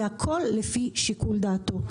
והכל לפי שיקול דעתו.